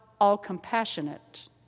all-compassionate